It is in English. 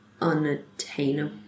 unattainable